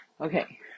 Okay